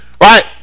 Right